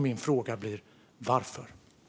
Min fråga blir: Varför?